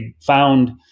found